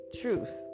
truth